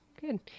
Good